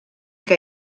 que